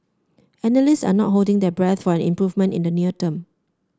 analysts are not holding their breath for an improvement in the near term